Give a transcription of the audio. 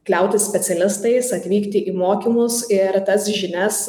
kliautis specialistais atvykti į mokymus ir tas žinias